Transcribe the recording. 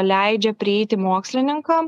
leidžia prieiti mokslininkam